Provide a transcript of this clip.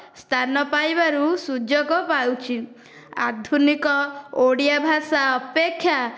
ସ୍ଥାନ ପାଇବାରୁ ସୁଯୋଗ ପାଉଛି ଆଧୁନିକ ଓଡ଼ିଆ ଭାଷା ଅପେକ୍ଷା